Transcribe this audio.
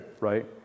right